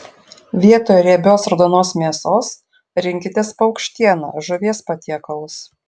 vietoj riebios raudonos mėsos rinkitės paukštieną žuvies patiekalus